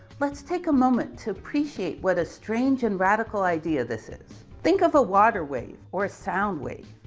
let's take a moment to appreciate what a strange and radical idea this is. think of a water wave or a sound wave.